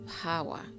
power